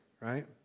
right